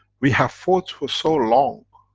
we have fought for so long,